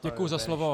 Děkuji za slovo.